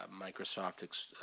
Microsoft